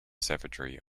savagery